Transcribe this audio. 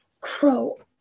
crow